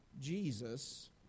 Jesus